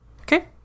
Okay